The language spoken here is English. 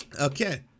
okay